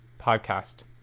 podcast